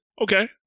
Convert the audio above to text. Okay